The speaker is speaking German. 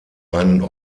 einen